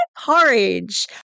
porridge